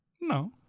No